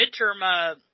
midterm